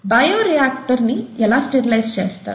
bio reactor ని ఎలా sterilise చేస్తారు